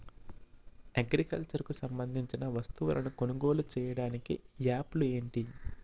Agriculture కు సంబందించిన వస్తువులను కొనుగోలు చేయటానికి యాప్లు ఏంటి?